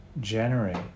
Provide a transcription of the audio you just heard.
generate